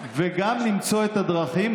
וגם למצוא את הדרכים,